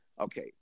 Okay